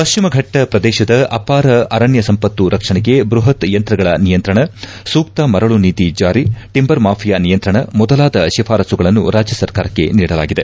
ಪಶ್ಚಿಮ ಘಟ್ಟ ಪ್ರದೇಶದ ಅಪಾರ ಅರಣ್ಯ ಸಂಪತ್ತು ರಕ್ಷಣೆಗೆ ಬೃಹತ್ ಯಂತ್ರಗಳ ನಿಯಂತ್ರಣ ಸೂಕ್ತ ಮರಳು ನೀತಿ ಜಾರಿ ಟಂಬರ್ ಮಾಫಿಯಾ ನಿಯಂತ್ರ ಮೊದಲಾದ ಶಿಫಾರಸ್ಸುಗಳನ್ನು ರಾಜ್ಯ ಸರ್ಕಾರಕ್ಕೆ ನೀಡಲಾಗಿದೆ